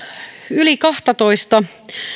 yli kahtatoista